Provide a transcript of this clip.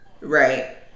right